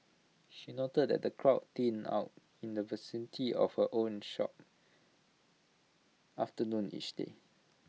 she noted that the crowds thin out in the vicinity of her own shop after noon each day